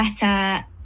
better